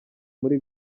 muri